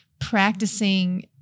practicing